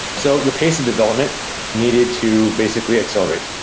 so the pace of development needed to basically accelerate.